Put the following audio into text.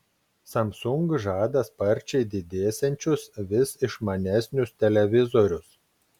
samsung žada sparčiai didėsiančius vis išmanesnius televizorius